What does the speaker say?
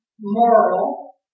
moral